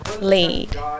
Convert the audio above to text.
lead